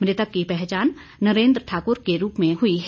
मृतक की पहचान नरेन्द्र ठाकुर के रूप में हुई है